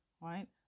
Right